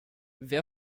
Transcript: wer